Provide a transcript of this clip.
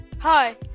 Hi